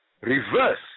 reverse